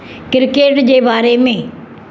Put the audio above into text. cricket जे बारे में